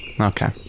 Okay